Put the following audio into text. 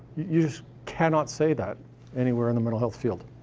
you just cannot say that anywhere in the mental health field.